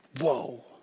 Whoa